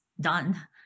done